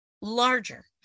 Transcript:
larger